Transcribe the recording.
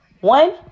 One